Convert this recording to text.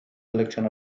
collection